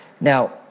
Now